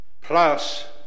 Plus